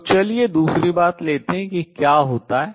तो चलिए दूसरी बात लेते हैं कि क्या होता है